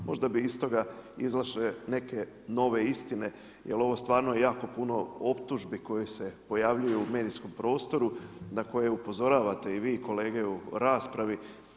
Možda bi iz toga izašle neke nove istine, jer ovo stvarno je jako puno optužbi koje se pojavljuju u medijskom prostoru na koje upozoravate i vi kolege u raspravi.